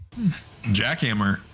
Jackhammer